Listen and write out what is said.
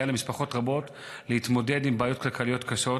למשפחות רבות להתמודד עם בעיות כלכליות קשות,